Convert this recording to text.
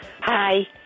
Hi